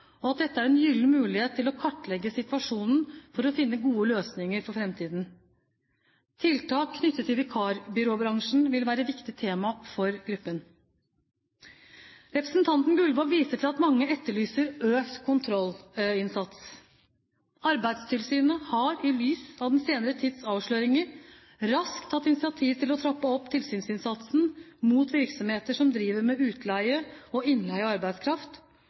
og at dette er en gyllen mulighet til å kartlegge situasjonen for å finne gode løsninger for fremtiden. Tiltak knyttet til vikarbyråbransjen vil være et viktig tema for gruppen. Representanten Gullvåg viser til at mange etterlyser økt kontrollinnsats. Arbeidstilsynet har i lys av den senere tids avsløringer raskt tatt initiativ til å trappe opp tilsynsinnsatsen mot virksomheter som driver med utleie og innleie av arbeidskraft,